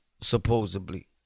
supposedly